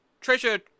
treasure